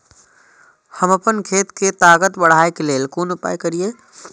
हम आपन खेत के ताकत बढ़ाय के लेल कोन उपाय करिए?